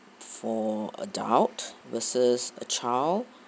for adult versus a child